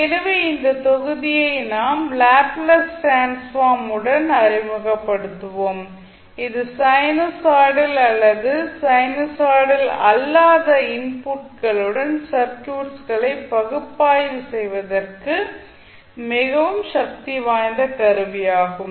எனவே இந்த தொகுதியை நாம் லாப்ளேஸ் டிரான்ஸ்ஃபார்ம் உடன் அறிமுகப்படுத்தப்படுவோம் இது சைனுசாய்டல் அல்லது சைனுசாய்டல் அல்லாத இன்புட் களுடன் சர்க்யூட்ஸ் களை பகுப்பாய்வு செய்வதற்கு மிகவும் சக்தி வாய்ந்த கருவியாகும்